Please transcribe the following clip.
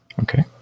Okay